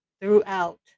throughout